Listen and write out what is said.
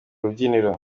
rubyiniro